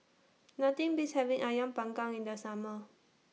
Nothing Beats having Ayam Panggang in The Summer